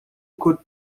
could